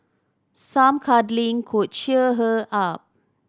some cuddling could cheer her up